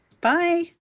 Bye